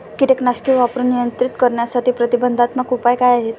कीटकनाशके वापरून नियंत्रित करण्यासाठी प्रतिबंधात्मक उपाय काय आहेत?